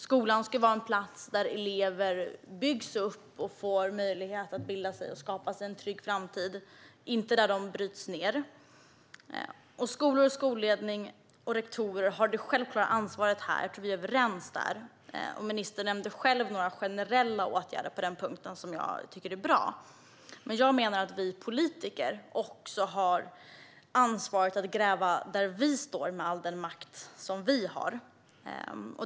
Skolan ska vara en plats där elever byggs upp och får en möjlighet att bilda sig och skapa sig en trygg framtid, inte där de bryts ned. Vi är överens om att skolor, skolledning och rektorer har det självklara ansvaret. Ministern nämnde själv några generella åtgärder på den punkten som är bra. Jag menar att vi politiker också har ansvaret att gräva där vi står med all den makt vi har.